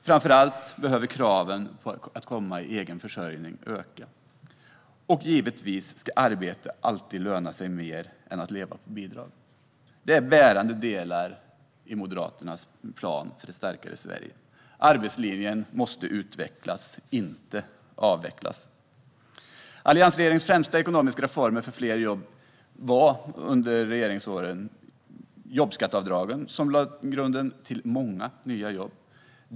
Framför allt behöver kraven på att komma i egen försörjning öka. Och givetvis ska det alltid löna sig mer att arbeta än att leva på bidrag. Dessa delar är bärande i Moderaternas plan för ett starkare Sverige. Arbetslinjen måste utvecklas, inte avvecklas. Alliansregeringens främsta ekonomiska reformer för fler jobb var jobbskatteavdragen. De lade grunden för många nya jobb.